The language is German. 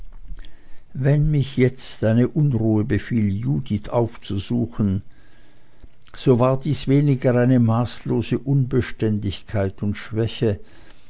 wenn mich jetzt eine unruhe befiel judith aufzusuchen so war dies weniger eine maßlose unbeständigkeit und schwäche